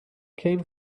came